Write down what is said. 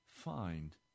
find